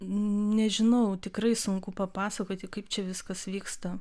nežinau tikrai sunku papasakoti kaip čia viskas vyksta